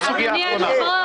סוגיה אחרונה,